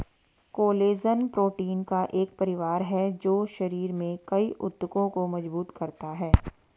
collagen protein का एक परिवार है जो शरीर में कई ऊतकों को मजबूत करता है